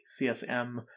csm